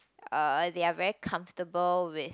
uh they're very comfortable with